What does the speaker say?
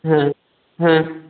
হ্যাঁ হ্যাঁ